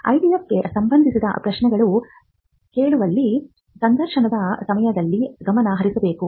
IDF ಗೆ ಸಂಬಂಧಿಸಿದ ಪ್ರಶ್ನೆಗಳನ್ನು ಕೇಳುವಲ್ಲಿ ಸಂದರ್ಶನದ ಸಮಯದಲ್ಲಿ ಗಮನ ಹರಿಸಬೇಕು